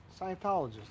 Scientologists